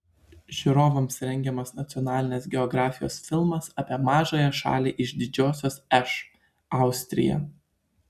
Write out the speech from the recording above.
žiūrovams rengiamas nacionalinės geografijos filmas apie mažąją šalį iš didžiosios š austriją